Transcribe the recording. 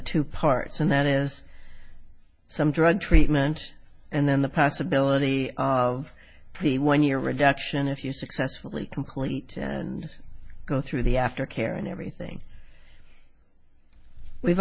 two parts and that is some drug treatment and then the possibility of the one year reduction if you successfully complete and go through the aftercare and everything we've